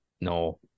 No